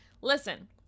listen